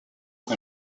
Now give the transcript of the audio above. and